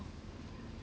ya not even one